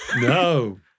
No